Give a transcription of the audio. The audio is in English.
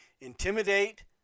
intimidate